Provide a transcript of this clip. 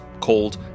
called